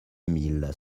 mille